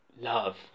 love